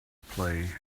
play